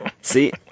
See